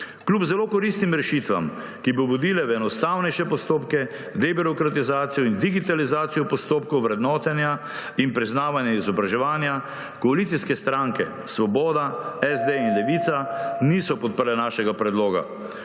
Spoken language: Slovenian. Kljub zelo koristnim rešitvam, ki bi vodile v enostavnejše postopke, debirokratizacijo in digitalizacijo postopkov vrednotenja in priznavanja izobraževanja, koalicijske stranke Svoboda, SD in Levica niso podprle našega predloga,